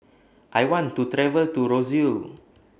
I want to travel to Roseau